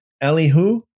Elihu